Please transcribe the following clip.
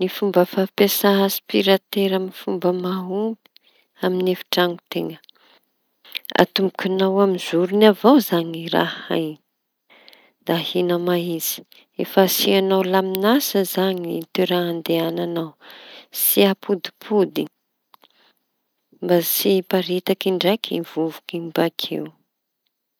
Ny fomba fampiasa apiratera amy fomba mahomby amy efitraño teña. Atomboky ñao amy zoroñy avao zañy traño da ahia mahitsy efa asiañao lamiñasa zañy ny lalañao tsy ampodimpody mba tsy hiparitaky ndraiky vovoky iñy bakeo.